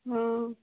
हँ